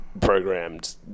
Programmed